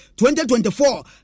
2024